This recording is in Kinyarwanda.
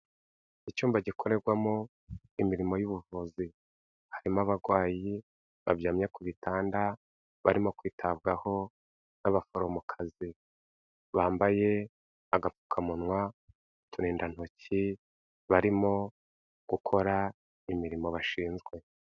Icyumba gikorerwamo imirimo y'ubuvuzi, harimo abarwayi baryamye ku bitanda barimo kwitabwaho n'abaforomokazi, bambaye agapfukamunwa, uturindantoki, barimo gukora imirimo bashinzwe.